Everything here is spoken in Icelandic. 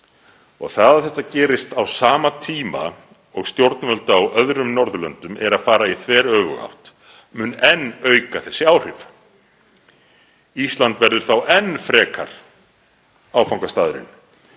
Það að þetta gerist á sama tíma og stjórnvöld annars staðar á Norðurlöndum eru að fara í þveröfuga átt mun enn auka þessi áhrif. Ísland verður þá enn frekar áfangastaðurinn